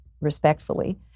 respectfully